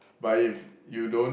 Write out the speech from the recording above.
but if you don't